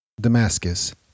Damascus